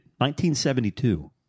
1972